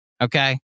Okay